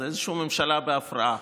זו איזושהי ממשלה בהפרעה.